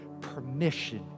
permission